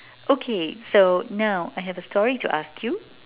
okay so now I have a story to ask you